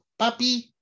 Papi